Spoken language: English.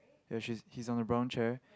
ya she's he's on a brown chair